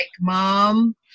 mom